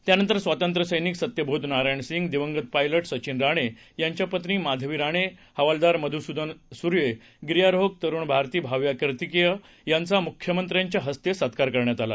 त्यानंतर स्वातंत्र्य सैनिक सत्यबोध नारायण सिंग दिवंगत पायला संचिन राणे यांच्या पत्नी माधवी राणे हवालदार मधुसुदन सुर्वे गिर्यारोहक तरूणी भाव्या कार्तिकेय यांचा मुख्यमंत्र्यांच्या हस्ते सत्कार केला गेला